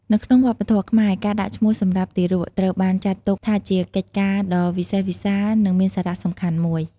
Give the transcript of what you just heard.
នៅក្នុងវប្បធម៌ខ្មែរ ការដាក់ឈ្មោះសម្រាប់ទារក ត្រូវបានចាត់ទុកថាជាកិច្ចការដ៏វិសេសវិសាល និងមានសារៈសំខាន់មួយ។